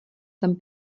tam